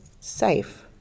safe